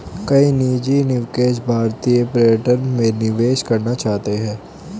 कई निजी निवेशक भारतीय पर्यटन में निवेश करना चाहते हैं